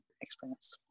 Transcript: experience